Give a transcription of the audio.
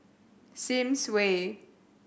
Sims Way